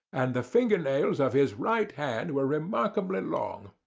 and the finger-nails of his right hand were remarkably long.